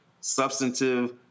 substantive